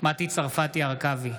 מטי צרפתי הרכבי,